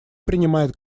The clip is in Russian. принимает